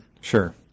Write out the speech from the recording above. Sure